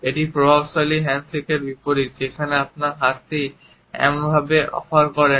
এটি প্রভাবশালী হ্যান্ডশেকের বিপরীত যেখানে আপনি আপনার হাতটি এমনভাবে অফার করেন